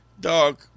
dog